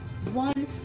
One